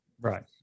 Right